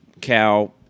Cal